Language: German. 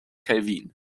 kelvin